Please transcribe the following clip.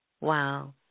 wow